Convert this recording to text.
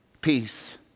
peace